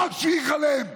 בוש והיכלם.